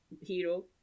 hero